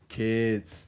kids